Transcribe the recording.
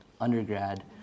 undergrad